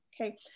Okay